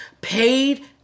paid